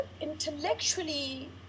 intellectually